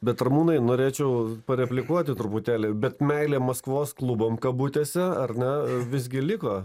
bet ramūnai norėčiau pareplikuoti truputėlį bet meilė maskvos klubam kabutėse ar ne visgi liko